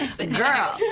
Girl